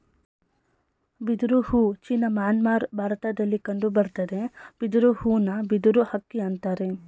ಬಿದಿರು ಹೂ China Myanmar ಭಾರತದಲ್ಲಿ ಕಂಡುಬರ್ತದೆ ಬಿದಿರು ಹೂನ ಬಿದಿರು ಅಕ್ಕಿ ಅಂತರೆ